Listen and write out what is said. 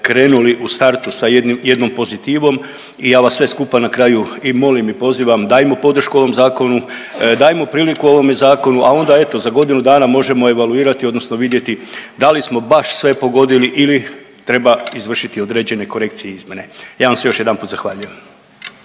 krenuli u startu sa jednom pozitivom i ja vas sve skupa na kraju i molim i pozivam dajmo podršku ovom zakonu, dajmo priliku ovome zakonu, a onda eto za godinu dana možemo evaluirati odnosno vidjeti da li smo baš sve pogodili ili treba izvršiti određene korekcije i izmjene. Ja vam se još jedanput zahvaljujem.